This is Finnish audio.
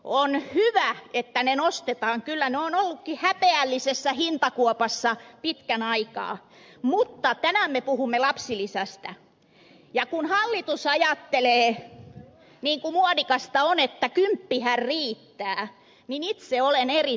on hyvä että niitä nostetaan kyllä ne ovatkin olleet häpeällisessä hintakuopassa pitkän aikaa mutta tänään me puhumme lapsilisästä ja kun hallitus ajattelee niin kuin muodikasta on että kymppihän riittää niin itse olen eri mieltä